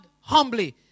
humbly